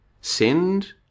Send